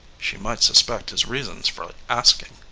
she might suspect his reasons for asking.